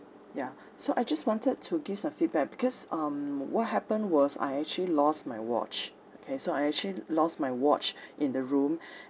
ya so I just wanted to give some feedback because um what happened was I actually lost my watch okay so I actually lost my watch in the room